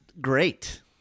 great